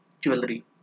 jewelry